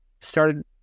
started